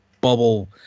bubble